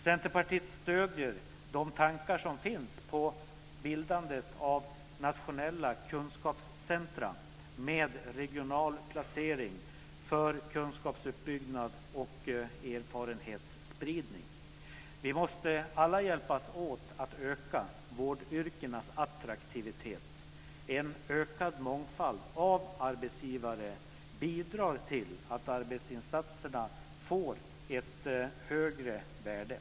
Centerpartiet stöder de tankar som finns på bildandet av nationella kunskapscentrum med regional placering för kunskapsuppbyggnad och erfarenhetsspridning. Vi måste alla hjälpas åt att öka vårdyrkenas attraktivitet. En ökad mångfald av arbetsgivare bidrar till att arbetsinsatserna får ett högre värde.